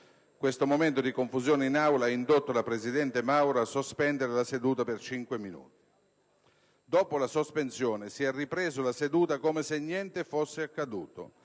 Questo momento di confusione in Aula ha indotto la presidente Mauro a sospendere la seduta per cinque minuti. Dopo la sospensione, la seduta è ripresa come se niente fosse accaduto,